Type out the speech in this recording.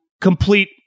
complete